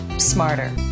Smarter